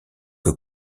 que